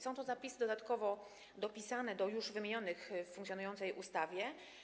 Są to zapisy dodatkowo dopisane do już wymienionych w funkcjonującej ustawie.